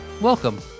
Welcome